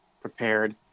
prepared